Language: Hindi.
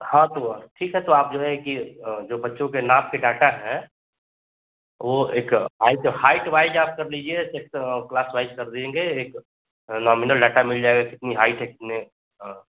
हाँ तो ठीक है आप जो है कि जो बच्चों के नाप के डाटा है वो एक हाइट हाइट वाइज आप कर दीजिये एक क्लास वाइज कर देंगे एक नोमीनल डाटा मिल जायेगा कितनी हाइट है कितने हाँ